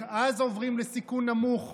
אז עוברים לסיכון נמוך,